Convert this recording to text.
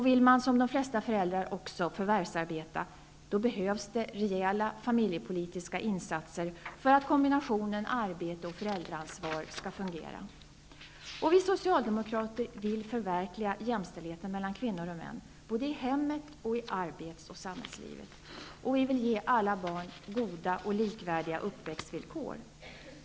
Vill man, som de flesta föräldrar, också förvärvsarbeta behövs det rejäla familjepolitiska insatser för att kombinationen arbete och föräldraansvar skall fungera. Vi socialdemokrater vill förverkliga jämställdheten mellan kvinnor och män, både i hemmet och i arbets och samhällslivet. Vi vill ge alla barn goda och likvärdiga uppväxtvillkor.